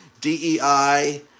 DEI